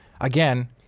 again